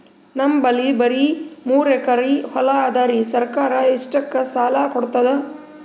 ನಮ್ ಬಲ್ಲಿ ಬರಿ ಮೂರೆಕರಿ ಹೊಲಾ ಅದರಿ, ಸರ್ಕಾರ ಇಷ್ಟಕ್ಕ ಸಾಲಾ ಕೊಡತದಾ?